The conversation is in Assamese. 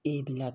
এইবিলাক